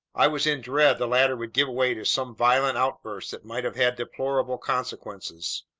i was in dread the latter would give way to some violent outburst that might have had deplorable consequences.